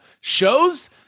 shows